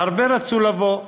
והרבה רצו לבוא.